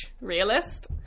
realist